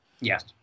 Yes